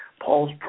Paul's